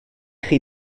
chi